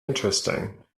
interesting